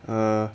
err